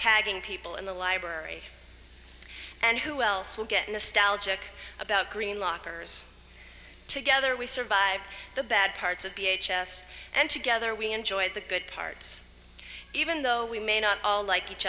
tagging people in the library and who else will get in a style joke about green lockers together we survived the bad parts of the h s and together we enjoyed the good parts even though we may not all like each